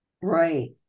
Right